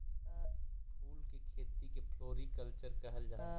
फूल के खेती के फ्लोरीकल्चर कहल जा हई